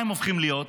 מה הם הופכים להיות?